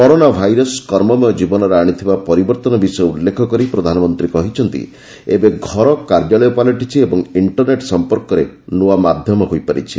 corona virus କର୍ମମୟ ଜୀବନରେ ଆଶିଥିବା ପରିବର୍ତ୍ତନ ବିଷୟ ଉଲ୍ଲେଖ କରି ପ୍ରଧାନମନ୍ତ୍ରୀ କହିଛନ୍ତି ଏବେ ଘର କାର୍ଯ୍ୟାଳୟ ପାଲଟିଛି ଏବଂ ଇକ୍ଷରନେଟ୍ ସଂପର୍କର ନୂଆ ମାଧ୍ୟମ ହୋଇପାରିଛି